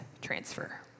transfer